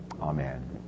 amen